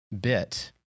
bit